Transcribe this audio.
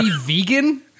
vegan